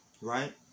Right